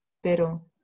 Pero